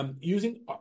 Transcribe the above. using